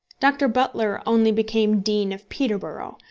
dr. butler only became dean of peterborough,